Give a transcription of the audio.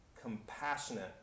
compassionate